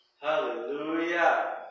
Hallelujah